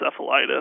encephalitis